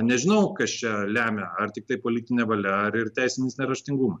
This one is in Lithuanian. nežinau kas čia lemia ar tiktai politinė valia ar ir teisinis neraštingumas